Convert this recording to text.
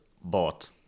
bought